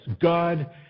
God